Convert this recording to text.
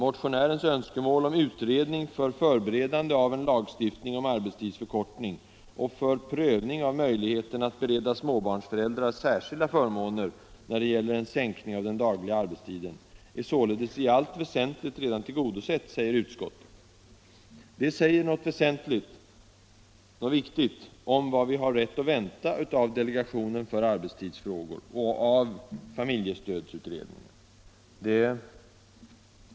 Motionärens önskemål om utredning för förberedande av en lagstiftning om arbetstidsförkortning och för prövning av möjligheten att bereda småbarnsföräldrar särskilda förmåner när det gäller en sänkning av den dagliga arbetstiden är således i allt väsentligt redan tillgodosett, förklarar utskottet. Det säger något betydelsefullt om vad vi har rätt att vänta av delegationen för arbetstidsfrågor och av familjestödsutredningen.